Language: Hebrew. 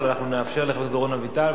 אבל אנחנו נאפשר לחבר הכנסת דורון אביטל,